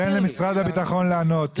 תן למשרד הביטחון לענות.